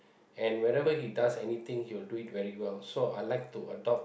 and whenever he does anything he will do it very well so I would like to adopt